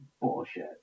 bullshit